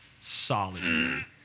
Solid